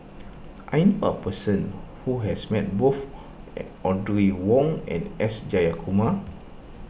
I knew a person who has met both Audrey Wong and S Jayakumar